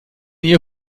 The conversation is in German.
ihr